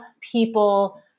people